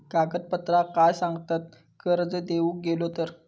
कागदपत्रा काय लागतत कर्ज घेऊक गेलो तर?